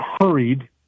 hurried